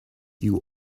you